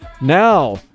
Now